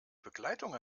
begleitung